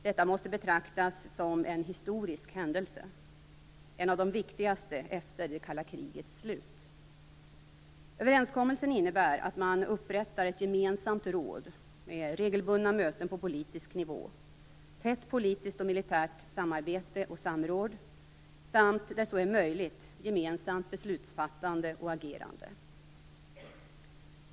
Detta måste betraktas som en historisk händelse - en av de viktigaste efter det kalla krigets slut. Överenskommelsen innebär att man upprättar ett gemensamt råd, med regelbundna möten på politisk nivå, tätt politiskt och militärt samarbete och samråd samt, där så är möjligt, gemensamt beslutsfattande och agerande.